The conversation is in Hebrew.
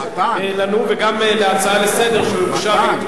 וגם להצעה לסדר-היום שהוגשה,